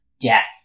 Death